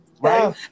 Right